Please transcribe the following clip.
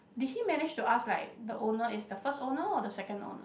did he manage to ask like the owner is the first owner or the second owner